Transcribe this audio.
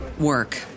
work